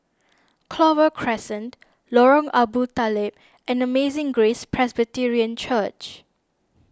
Clover Crescent Lorong Abu Talib and Amazing Grace Presbyterian Church